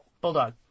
Bulldog